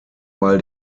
weil